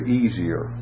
easier